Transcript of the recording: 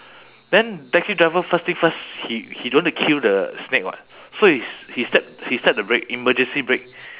then taxi driver first thing first he he don't want to kill the snake [what] so he s~ he step he step the brake emergency brake